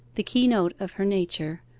the keynote of her nature,